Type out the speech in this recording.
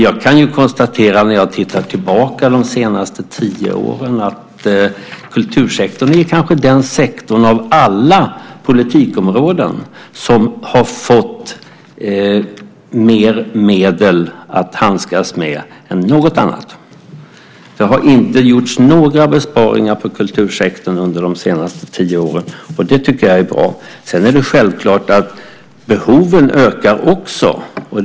Jag kan konstatera när jag tittar tillbaka de senaste tio åren att kultursektorn kanske är den sektor av alla politikområden som har fått mer medel att handskas med än något annat. Det har inte gjorts några besparingar på kultursektorn under de senaste tio åren. Det tycker jag är bra. Det är självklart att behoven också ökar.